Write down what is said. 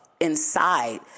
Inside